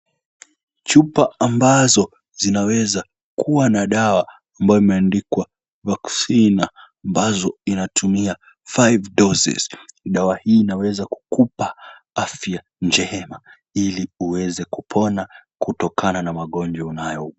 Chupa ambazo zinaweza kuwa na dawa ambayo imeandikwa vaccine ambazo inatumia five doses , dawa hii inaweza kukupa afya njema ili uweze kupona kutokana na magonjwa unayo.